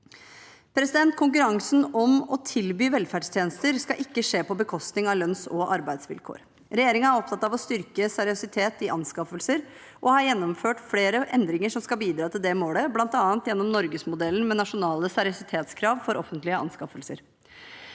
Konkurransen om å tilby velferdstjenester skal ikke skje på bekostning av lønns- og arbeidsvilkår. Regjeringen er opptatt av å styrke seriøsitet i anskaffelser og har gjennomført flere endringer som skal bidra til det målet, bl.a. gjennom Norgesmodellen med nasjonale seriøsitetskrav for offentlige anskaffelser.